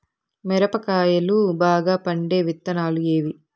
మిరప కాయలు బాగా పండే విత్తనాలు ఏవి